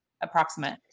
approximate